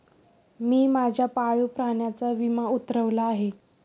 मी माझ्या पाळीव प्राण्याचा विमा उतरवला आहे